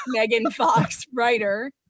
meganfoxwriter